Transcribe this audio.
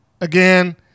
again